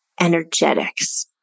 energetics